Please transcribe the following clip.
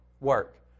work